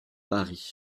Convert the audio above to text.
paris